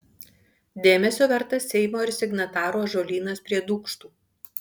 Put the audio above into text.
dėmesio vertas seimo ir signatarų ąžuolynas prie dūkštų